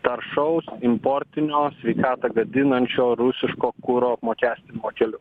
taršaus importinio sveikatą gadinančio rusiško kuro apmokestinimo keliu